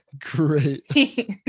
great